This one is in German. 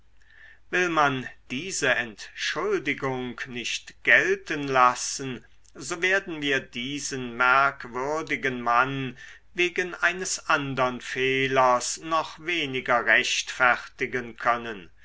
will man diese entschuldigung nicht gelten lassen so werden wir diesen merkwürdigen mann wegen eines andern fehlers noch weniger rechtfertigen können